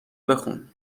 بخون